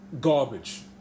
Garbage